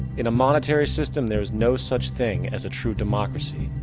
in a monetary system, there is no such thing as a true democracy,